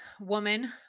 woman